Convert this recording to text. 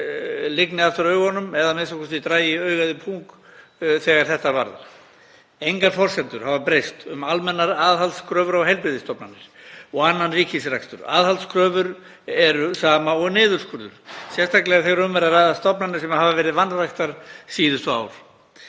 lygni aftur augunum eða a.m.k. dragi augað í pung þegar þetta varðar. Engar forsendur hafa breyst um almennar aðhaldskröfur á heilbrigðisstofnanir og annan ríkisrekstur. Aðhaldskröfur eru sama og niðurskurður, sérstaklega þegar um er að ræða stofnanir sem hafa verið vanræktar síðustu ár.